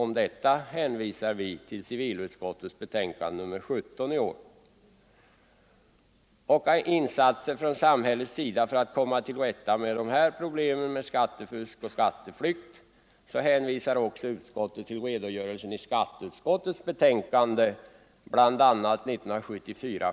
Vi hänvisar där till civilutskottets betänkande nr 17 år 1974. Beträffande insatser från samhällets sida för att komma till rätta med skatteflyktoch skattefuskproblemen hänvisar utskottet också till redogörelser i skatteutskottets betänkanden, bl.a. betänkandet nr 46 år 1974.